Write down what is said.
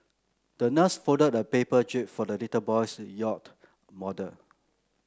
the nurse folded a paper jib for the little boy's yacht model